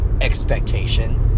expectation